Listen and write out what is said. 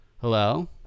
Hello